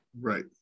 Right